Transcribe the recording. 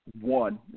one